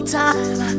time